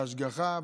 בהשגחה,